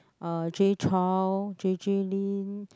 uh Jay-Chou J_J-Lin